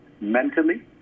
mentally